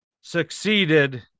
succeeded